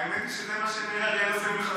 האמת היא שזה מה שמאיר אריאל עושה מלכתחילה.